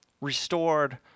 Restored